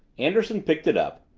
anderson picked it up,